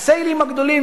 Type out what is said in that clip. ה"סיילים" הגדולים,